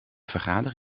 vergadering